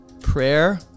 Prayer